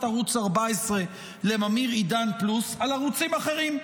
ערוץ 14 לממיר עידן פלוס על ערוצים אחרים.